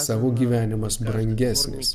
savo gyvenimas brangesnis